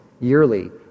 yearly